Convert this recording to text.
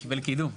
קיבל קידום (בצחוק).